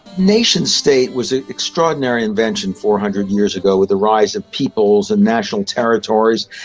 nation-state was an extraordinary intervention four hundred years ago with the rise of peoples and national territories,